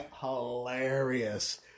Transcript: hilarious